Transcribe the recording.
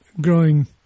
growing